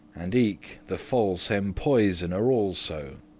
and eke the false empoisoner also.